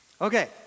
Okay